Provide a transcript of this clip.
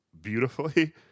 beautifully